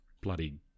bloody